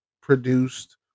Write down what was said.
produced